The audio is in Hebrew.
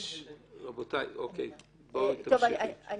זה מותנה בעונש מעל חמש שנים.